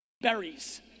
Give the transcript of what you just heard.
berries